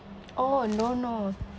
oh no no